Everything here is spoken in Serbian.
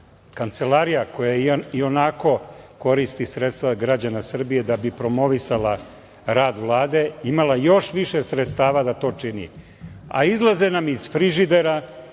kancelarija koja ionako koristi sredstva građana Srbije da bi promovisala rad Vlade imala još više sredstava da to čini, a izlaze nam iz frižidera,